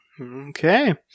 Okay